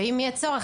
ואם יהיה צורך,